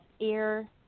air